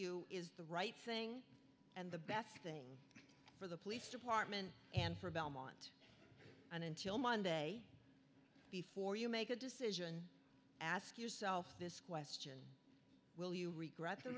you is the right thing and the best thing for the police department and for belmont and until monday before you make a decision ask yourself this question will you regret the